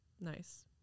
nice